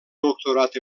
doctorat